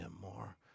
more